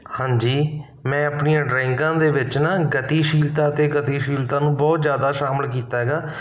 ਹਾਂਜੀ ਮੈਂ ਆਪਣੀਆਂ ਡਰਾਇੰਗਾਂ ਦੇ ਵਿੱਚ ਨਾ ਗਤੀਸ਼ੀਲਤਾ ਅਤੇ ਗਤੀਸ਼ੀਲਤਾ ਨੂੰ ਬਹੁਤ ਜ਼ਿਆਦਾ ਸ਼ਾਮਿਲ ਕੀਤਾ ਹੈਗਾ